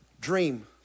Dream